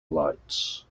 lights